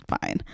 fine